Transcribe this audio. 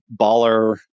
baller